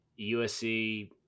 USC